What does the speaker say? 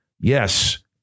Yes